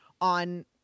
on